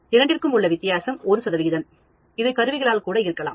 இரண்டிற்கும் உள்ள வித்தியாசம் ஒரு சதவிகிதம் இது கருவிகளால் கூட இருக்கலாம்